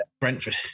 Brentford